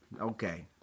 Okay